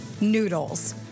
Noodles